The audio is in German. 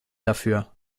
dafür